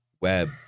web